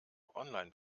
online